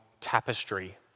tapestry